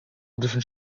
different